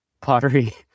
Pottery